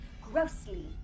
Grossly